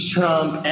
Trump